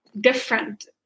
different